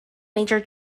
major